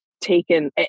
taken